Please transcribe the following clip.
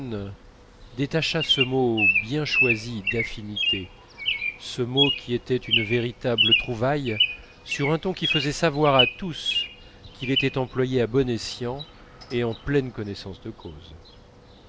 détacha ce mot si bien choisi d affinités ce mot qui était une véritable trouvaille sur un ton qui faisait savoir à tous qu'il était employé à bon escient et en pleine connaissance de cause